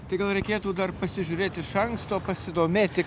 tai gal reikėtų dar pasižiūrėt iš anksto pasidomėti